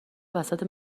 وسط